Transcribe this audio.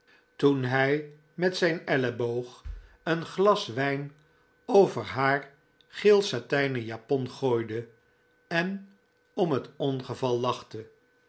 toen hij met zijn elleboog een glas wijn over haar geelsatijnen japon gooide en om het ongeval lachte